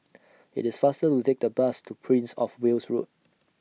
IT IS faster to Take The Bus to Prince of Wales Road